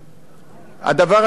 לגבי המגזר הערבי.